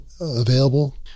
available